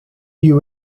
you